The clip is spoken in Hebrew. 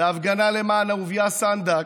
בהפגנה למען אהוביה סנדק,